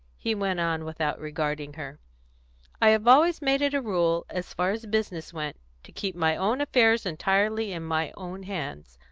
he went on, without regarding her i have always made it a rule, as far as business went, to keep my own affairs entirely in my own hands.